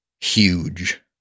huge